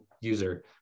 user